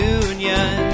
union